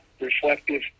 reflective